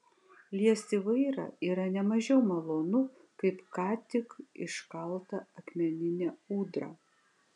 liesti vairą yra ne mažiau malonu kaip ką tik iškaltą akmeninę ūdrą